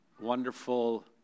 wonderful